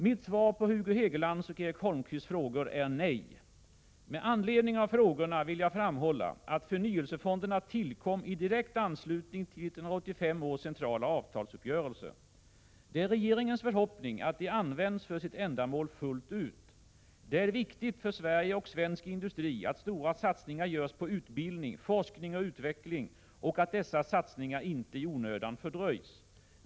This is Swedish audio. Mitt svar på Hugo Hegelands och Erik Holmkvists frågor är nej. Med anledning av frågorna vill jag framhålla att förnyelsefonderna tillkom i direkt anslutning till 1985 års centrala avtalsuppgörelse. Det är regeringens förhoppning att de används för sitt ändamål fullt ut. Det är viktigt för Sverige och svensk industri att stora satsningar görs på utbildning, forskning och utveckling och att dessa satsningar inte i onödan fördröjs.